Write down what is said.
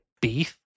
Beef